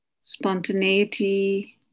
spontaneity